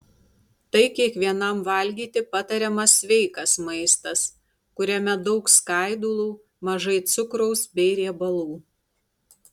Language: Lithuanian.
tai kiekvienam valgyti patariamas sveikas maistas kuriame daug skaidulų mažai cukraus bei riebalų